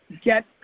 get